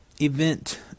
event